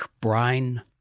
brine